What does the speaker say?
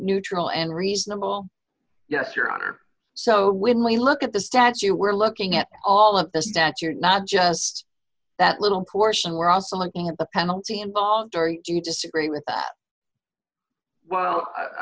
neutral and reasonable yes your honor so when we look at the stats you were looking at all of this that you're not just that little portion we're also looking at the penalty involved do you disagree with that well i